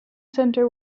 center